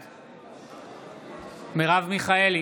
בעד מרב מיכאלי,